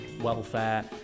welfare